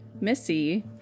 Missy